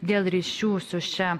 dėl ryšių su šia